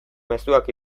mezuak